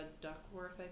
duckworth